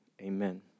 amen